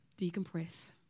decompress